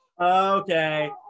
Okay